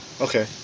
Okay